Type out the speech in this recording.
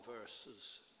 verses